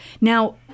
Now